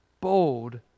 bold